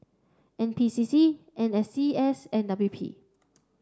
N P C C N S C S and W P